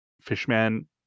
fishman